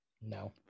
No